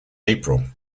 april